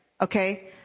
okay